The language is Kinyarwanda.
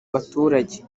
baturage